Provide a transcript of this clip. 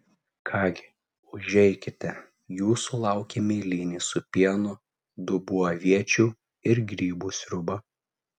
ką gi užeikite jūsų laukia mėlynės su pienu dubuo aviečių ir grybų sriuba